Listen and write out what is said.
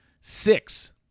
six